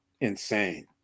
Insane